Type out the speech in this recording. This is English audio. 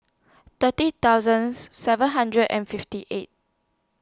thirty thousands seven hundred and fifty eight